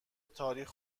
تاریخ